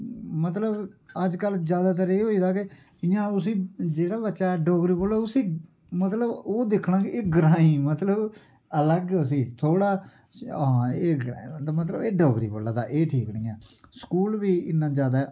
मतलब अजकल ज्यादातर ऐ होई दा के इयां उसी जेहड़ा बच्चा डोगरा बोलग उसी मतलब ओह् दिक्खना कि ग्रांई मतलब अलग उसी थोहड़ा हां एह् ग्रांए दा मतलब एह् डोगरी बोल्ला दा एह् ठीक स्कूल बी इन्ना ज्यादा